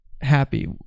happy